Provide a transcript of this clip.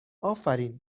آفرین